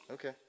Okay